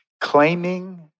claiming